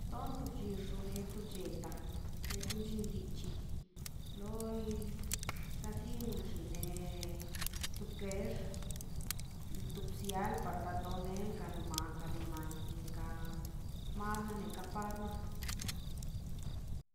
Tant bchixo blleta bichi loi tatini xin ne tukex tupsial par totenekan no maka nebi ma neka mane neka apadna